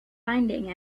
finding